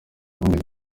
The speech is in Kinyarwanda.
nibindi